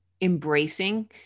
embracing